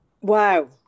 Wow